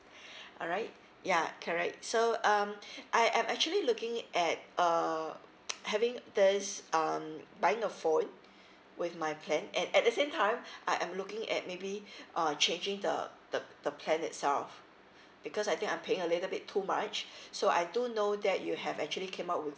alright yeah correct so um I am actually looking at uh having this um buying a phone with my plan at at the same time I am looking at maybe uh changing the the the plan itself because I think I'm paying a little bit too much so I do know that you have actually came up with